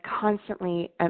constantly